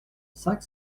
cinq